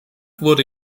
wurde